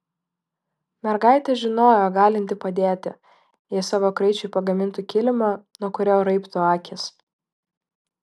mergaitė žinojo galinti padėti jei savo kraičiui pagamintų kilimą nuo kurio raibtų akys